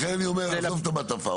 לכן אני אומר עזוב את המעטפה,